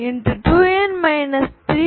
2nn